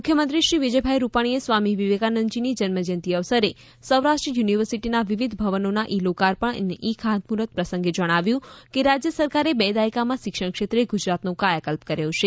મુખ્યમંત્રી શ્રી વિજયભાઇ રૂપાણીએ સ્વામી વિવેકાનંદજીની જન્મજયંતિ અવસરે સૌરાષ્ટ્ર યુનિવર્સિટીના વિવિધ ભવનોના ઈ લોકાર્પણ અને ઇ ખાતમુફૂર્ત પ્રસંગે જણાવ્યું કે રાજ્ય સરકારે બે દાયકામાં શિક્ષણ ક્ષેત્રે ગુજરાતનો કાયાકલ્પ કર્યો છે